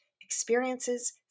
experiences